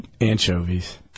anchovies